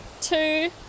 two